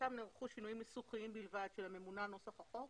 בחלקם נערכו שינויים ניסוחיים בלבד של הממונה על נוסח החוק